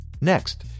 Next